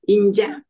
Inja